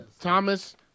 Thomas